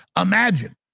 Imagine